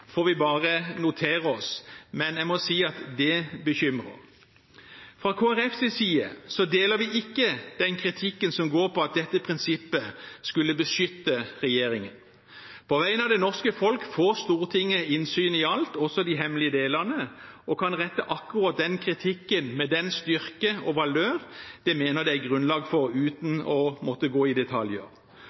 får vi bare notere oss, men jeg må si at det bekymrer. Fra Kristelig Folkepartis side deler vi ikke den kritikken som går på at dette prinsippet skulle beskytte regjeringen. På vegne av det norske folk får Stortinget innsyn i alt, også de hemmelige delene, og kan rette akkurat den kritikken med den styrke og valør en mener det er grunnlag for, uten å måtte gå i detaljer.